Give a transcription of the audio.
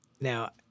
Now